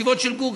ישיבות של גור,